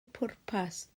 pwrpas